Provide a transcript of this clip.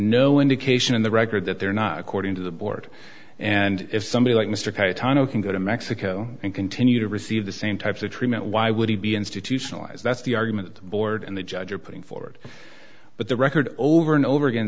no indication in the record that they're not according to the board and if somebody like mr cayetano can go to mexico and continue to receive the same types of treatment why would he be institutionalized that's the argument board and the judge are putting forward but the record over and over again